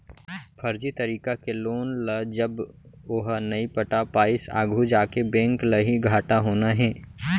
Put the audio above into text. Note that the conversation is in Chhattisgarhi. फरजी तरीका के लोन ल जब ओहा नइ पटा पाइस आघू जाके बेंक ल ही घाटा होना हे